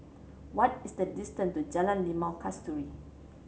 what is the distance to Jalan Limau Kasturi